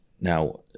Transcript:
Now